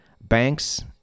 banks